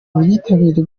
ubwitabire